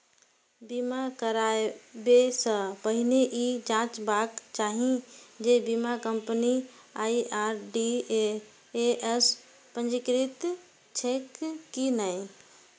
बीमा कराबै सं पहिने ई जांचबाक चाही जे बीमा कंपनी आई.आर.डी.ए सं पंजीकृत छैक की नहि